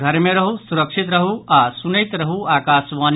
घर मे रहू सुरक्षित रहू आ सुनैत रहू आकाशवाणी